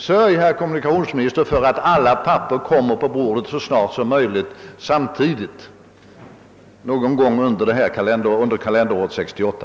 Sörj, herr kommunikationsminister, för att de erforderliga papperen kommer på bordet så snart som möjligt, samtidigt, någon gång under kalenderåret 1968!